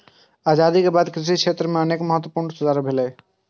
आजादी के बाद कृषि क्षेत्र मे अनेक महत्वपूर्ण सुधार भेलैए